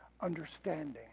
understanding